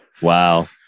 wow